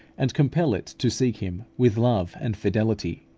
and compel it to seek him with love and fidelity.